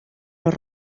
los